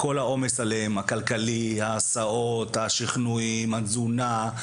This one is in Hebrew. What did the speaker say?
כל העומס עליהם הכלכלי, ההסעות, השכנועים, התזונה.